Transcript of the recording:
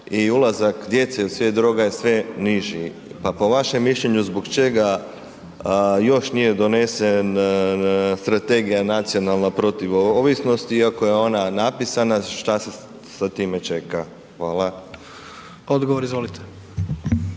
i ulazak djece u svijet droga je sve niži, pa po vašem mišljenju zbog čega još nije donesen strategija nacionalna protiv ovisnosti iako je ona napisana, šta se sa time čeka? Hvala. **Jandroković,